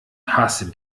hasse